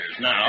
now